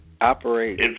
Operate